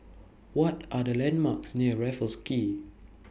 What Are The landmarks near Raffles Quay